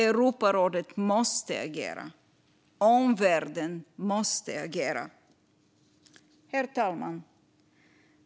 Europarådet måste agera! Omvärlden måste agera! Herr talman!